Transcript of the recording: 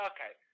Okay